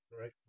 right